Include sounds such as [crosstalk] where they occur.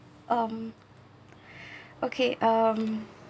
um [breath] okay um